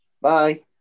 Bye